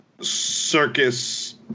circus